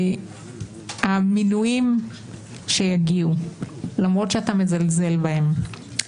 המינויים שיגיעו, למרות שאתה מזלזל בהם,